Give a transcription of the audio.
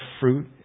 fruit